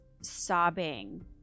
sobbing